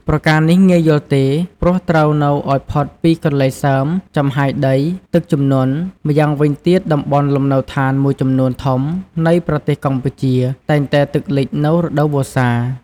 ប្រការនេះងាយយល់ទេ ព្រោះត្រូវនៅឱ្យ ផុតពីកន្លែងសើម, ចំហាយដី, ទឹកជំនន់ ម៉្យាងវិញទៀតតំបន់លំនៅដ្ឋានមួយចំនួនធំនៃប្រទេសកម្ពុជា តែងតែទឹកលិចនៅរដូវវស្សា។